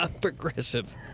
Progressive